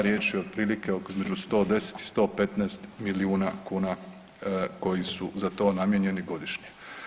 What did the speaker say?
Riječ je otprilike između 110 i 115 milijuna kuna koji su za to namijenjeni godišnje.